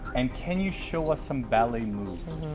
and can you show us some ballet moves?